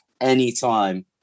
anytime